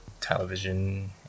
television